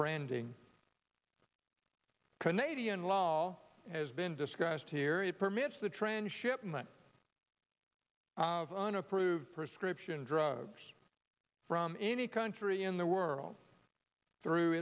branding canadian law all has been discussed here it permits the trans shipment of unapproved prescription drugs from any country in the world through